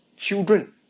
Children